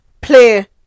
play